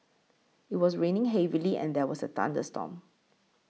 it was raining heavily and there was a thunderstorm